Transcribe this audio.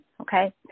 Okay